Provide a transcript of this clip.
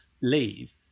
leave